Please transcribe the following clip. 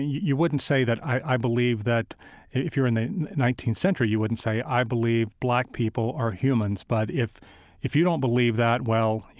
you wouldn't say that i believe that if you're in the nineteenth century you wouldn't say, i believe black people are humans but if if you don't believe that, well,